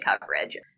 coverage